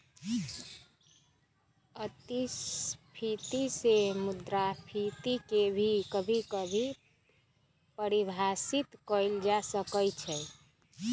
अतिस्फीती से मुद्रास्फीती के भी कभी कभी परिभाषित कइल जा सकई छ